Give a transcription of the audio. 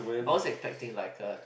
was expecting like a